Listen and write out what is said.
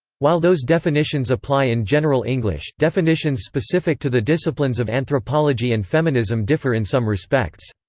while those definitions apply in general english, definitions specific to the disciplines of anthropology and feminism differ in some respects.